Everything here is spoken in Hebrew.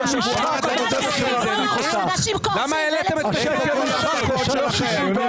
ואת --- למה העליתם את מחירי ה --- השקל פוחת ל-3.64,